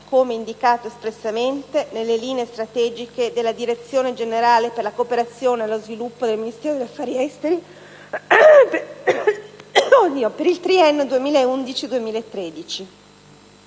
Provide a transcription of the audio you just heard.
come indicato espressamente nelle linee strategiche della Direzione generale per la cooperazione allo sviluppo del Ministero degli affari esteri per il triennio 2011-2013.